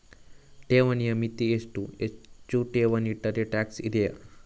ಠೇವಣಿಯ ಮಿತಿ ಎಷ್ಟು, ಹೆಚ್ಚು ಠೇವಣಿ ಇಟ್ಟರೆ ಟ್ಯಾಕ್ಸ್ ಇದೆಯಾ?